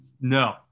no